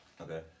Okay